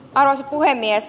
arvoisa puhemies